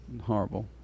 horrible